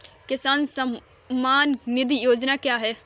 किसान सम्मान निधि योजना क्या है?